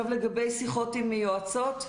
לגבי שיחות עם יועצות,